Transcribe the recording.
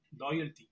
loyalty